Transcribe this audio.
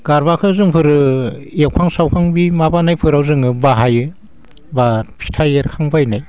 गारबाखौ जोंफोरो एवखां सावखां बै माबानायफोराव जोङो बाहायो बा फिथाइ एरखांबायनाय